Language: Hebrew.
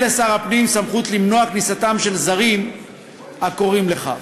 לשר הפנים סמכות למנוע כניסתם של זרים הקוראים לכך.